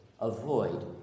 avoid